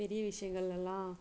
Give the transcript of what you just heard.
பெரிய விஷயங்களெல்லாம்